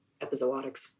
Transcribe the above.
epizootics